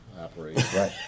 operation